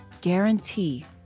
guarantee